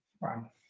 Wow